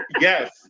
Yes